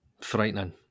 Frightening